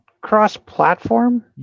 cross-platform